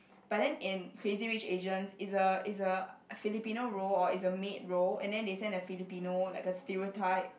but then in Crazy-Rich-Asians it's a it's a Filipino role or it's a maid role and then they send a Filipino like a stereotype